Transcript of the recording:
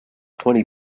twenty